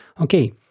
Okay